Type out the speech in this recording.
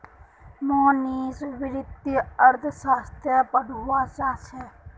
मोहनीश वित्तीय अर्थशास्त्र पढ़वा चाह छ